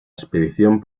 expedición